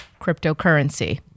Cryptocurrency